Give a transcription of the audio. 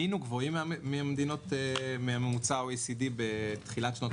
היינו גבוהים מהממוצע ב-OECD בתחילת שנות